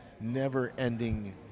never-ending